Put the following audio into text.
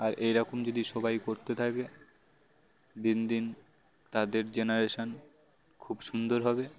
আর এইরকম যদি সবাই করতে থাকে দিন দিন তাদের জেনারেশান খুব সুন্দর হবে